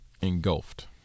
engulfed